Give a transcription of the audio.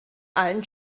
allen